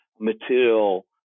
material